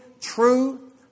true